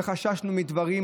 וחששנו מדברים,